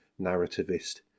narrativist